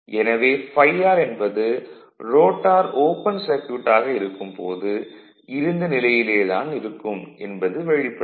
எனவே ∅r என்பது rotor open circuit ஆக இருக்கும் போது இருந்த நிலையிலே தான் இருக்கும் என்பது வெளிப்படை